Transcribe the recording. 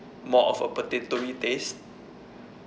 more of a potatoey taste